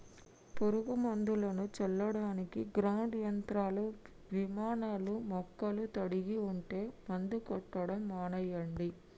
పురుగు మందులను చల్లడానికి గ్రౌండ్ యంత్రాలు, విమానాలూ మొక్కలు తడిగా ఉంటే మందు కొట్టడం మానెయ్యండి